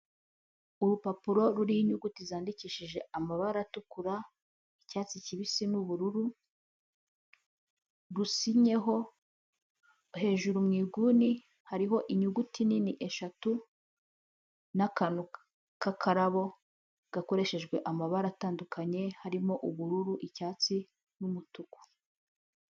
Urupapuro ruriho inyuguti zandikishije amabara atukura, icyatsi kibisi, n'ubururu rusinyeho. Hejuru mu inguni hariho inyuguti nini eshatu n'akantu k'akararabo gakoreshejwe amabara atandukanye harimo ubururu, icyatsi n'umutuku.